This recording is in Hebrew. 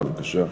בבקשה.